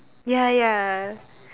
ya ya